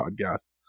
podcast